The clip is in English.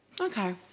Okay